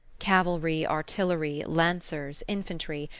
cavalry, artillery, lancers, infantry,